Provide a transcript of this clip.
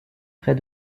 près